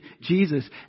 Jesus